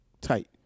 tight